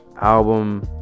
album